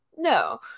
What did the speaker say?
no